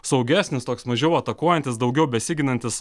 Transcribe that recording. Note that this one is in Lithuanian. saugesnis toks mažiau atakuojantis daugiau besiginantis